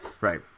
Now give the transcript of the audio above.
right